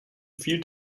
viel